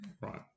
Right